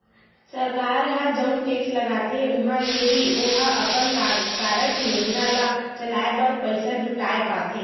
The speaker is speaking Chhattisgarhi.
सरकार ह जउन टेक्स लगाथे उहाँ ले ही ओहा अपन कारज योजना ल चलाय बर पइसा जुटाय पाथे